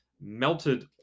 melted